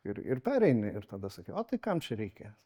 ir ir pereini ir tada sakai o tai kam čia reikia